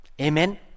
Amen